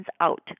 out